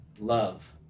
love